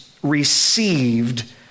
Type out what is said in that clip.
Received